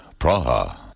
Praha